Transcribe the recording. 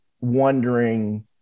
wondering